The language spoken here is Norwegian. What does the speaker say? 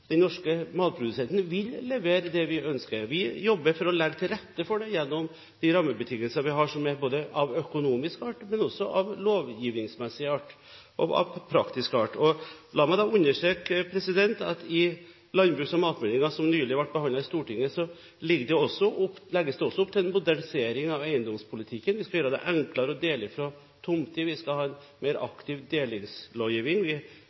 den norske matprodusenten, vil levere det vi ønsker. Vi jobber for å legge til rette for det gjennom de rammebetingelsene vi har, som er av både økonomisk art, lovgivingsmessig art og praktisk art. La meg understreke: I landbruks- og matmeldingen som nylig ble behandlet i Stortinget, legges det også opp til en modernisering av eiendomspolitikken. Vi skal gjøre det enklere å dele fra tomter, vi skal ha en mer aktiv delingslovgiving, vi skal stramme inn på odelslovgivingen – vi skal ha en innskrenking av odelskretsen – og vi skal ha en ny jordskiftelov. Vi